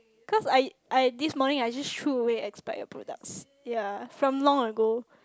cause I I this morning I just threw away expired products ya from long ago